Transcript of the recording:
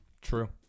True